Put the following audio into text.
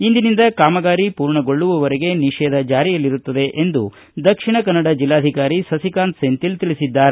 ಇಂದಿನಿಂದ ಕಾಮಗಾರಿ ಪೂರ್ಣಗೊಳ್ಳುವವರೆಗೆ ನಿಷೇಧ ಜಾರಿಯಲ್ಲಿರುತ್ತದೆ ಎಂದು ದಕ್ಷಿಣ ಕನ್ನಡ ಜಿಲ್ಲಾಧಿಕಾರಿ ಸಸಿಕಾಂತ್ ಸೆಂಥಿಲ್ ತಿಳಿಸಿದ್ದಾರೆ